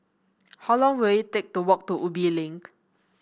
how long will it take to walk to Ubi Link